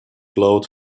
glowed